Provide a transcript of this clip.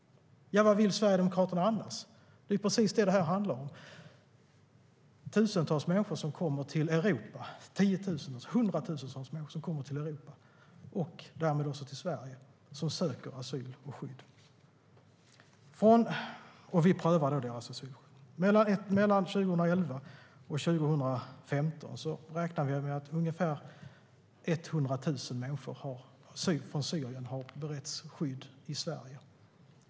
Vad vill Sverigedemokraterna annars? Det är precis det detta handlar om: tusentals - tiotusentals, hundratusentals - människor som kommer till Europa och därmed också till Sverige och som söker asyl och skydd. Vi prövar då deras asylskäl. Mellan 2011 och 2015 räknar vi med att ungefär 100 000 människor från Syrien har beretts skydd i Sverige.